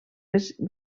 les